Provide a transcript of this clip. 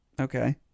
Okay